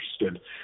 interested